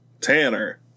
Tanner